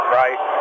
right